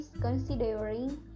considering